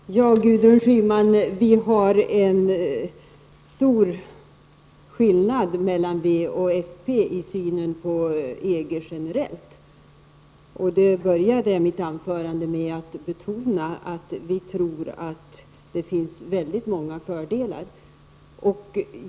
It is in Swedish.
Herr talman! Ja, Gudrun Schyman, det finns en stor skillnad mellan v och fp i synen på EG generellt. Jag började mitt anförande med att betona att vi tror att det finns väldigt många fördelar.